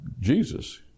Jesus